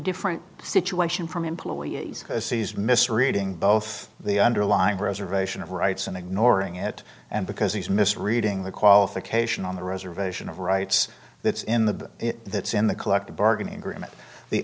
different situation from employees sees misreading both the underlying preservation of rights and ignoring it and because he's misreading the qualification on the reservation of rights it's in the it's in the collective bargaining agreement the